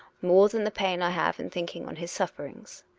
more than the pain i have in thinking on his sufferings.